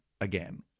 again